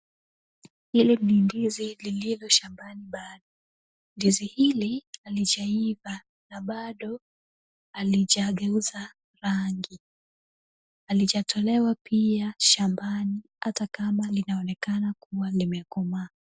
Hili ni ndizi lililo shambani bado. Ndizi hili halijaiva na bado halijageuza rangi. Halijatolewa pia shambani hata kama linaonekana kuwa limekomaa.